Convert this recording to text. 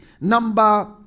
Number